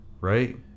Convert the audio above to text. right